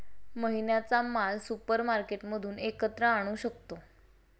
महिन्याचा माल सुपरमार्केटमधून एकत्र आणू शकतो